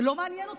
זה לא מעניין אותי.